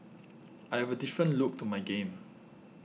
I have a different look to my game